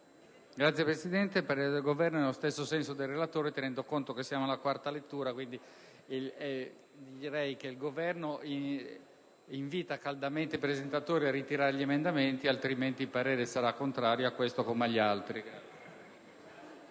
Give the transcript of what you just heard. Signora Presidente, il parere del Governo va nello stesso senso del relatore, tenendo conto che siamo alla quarta lettura del provvedimento. Quindi, invito caldamente i presentatori a ritirare gli emendamenti, altrimenti, il parere sarà contrario su questi come sugli altri